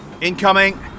Incoming